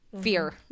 fear